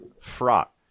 Fraught